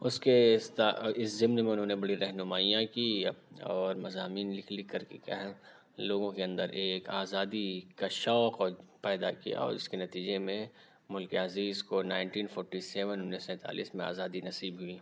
اُس کے اِس اِس ضمن میں اُنہوں نے بڑی رہنمائیاں کی اور مضامین لکھ لکھ کر کے کیا ہے لوگوں کے اندر ایک آزادی کا شوق پیدا کیا اور اُس کے نتیجے میں مُلکے عزیز کو نائنٹین فورٹی سیون اُنیس سو سینتالیس میں آزادی نصیب ہوئی